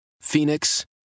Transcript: Phoenix